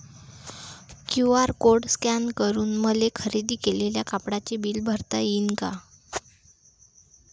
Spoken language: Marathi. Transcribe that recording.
क्यू.आर कोड स्कॅन करून मले खरेदी केलेल्या कापडाचे बिल भरता यीन का?